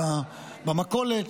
במכולת,